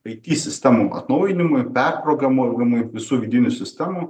aitį sistemų atnaujinimui perprogramivui visų vidinių sistemų